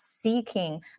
seeking